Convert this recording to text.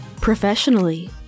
professionally